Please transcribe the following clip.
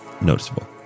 noticeable